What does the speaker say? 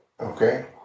Okay